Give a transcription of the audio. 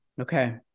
Okay